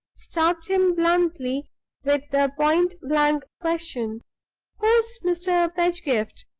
stopped him bluntly with the point-blank question who's mr. pedgift?